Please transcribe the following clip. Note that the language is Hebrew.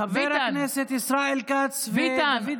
חבר הכנסת ישראל כץ ודוד ביטן.